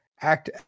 act